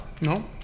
no